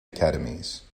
academies